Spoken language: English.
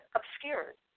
obscured